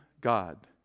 God